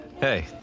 Hey